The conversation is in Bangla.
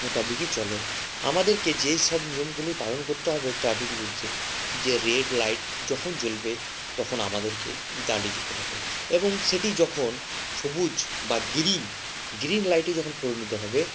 মোতাবিকই চলে আমাদেরকে যেসব নিয়মগুলি পালন করতে হবে ট্রাফিক রুলসে যে রেড লাইট যখন জ্বলবে তখন আমাদেরকে দাঁড়িয়ে যেতে হবে এবং সেটি যখন সবুজ বা গিরিন গ্রিন লাইটে যখন পরিণত হবে